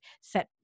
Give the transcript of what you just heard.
set